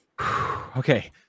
Okay